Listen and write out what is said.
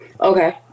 Okay